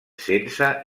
sense